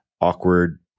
awkward